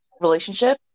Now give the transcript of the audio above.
relationship